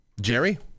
Jerry